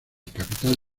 capital